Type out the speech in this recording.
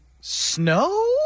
Snow